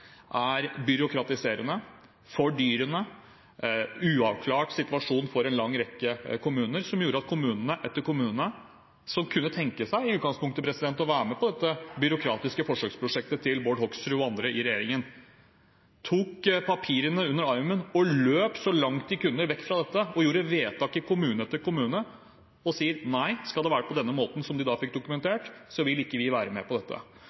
er byråkratiserende og fordyrende – en uavklart situasjon for en lang rekke kommuner som gjorde at kommune etter kommune, som i utgangspunktet kunne tenke seg å være med på dette byråkratiske forsøksprosjektet til Bård Hoksrud og andre i regjeringen, tok papirene under armen og løp så langt vekk de kunne, og gjorde vedtak i kommune etter kommune og sier at nei, skal det være på denne måten som de fikk dokumentert, vil vi ikke være med.